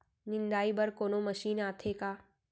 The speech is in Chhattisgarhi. निंदाई बर कोनो मशीन आथे का?